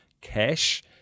cash